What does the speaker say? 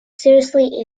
seriously